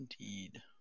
Indeed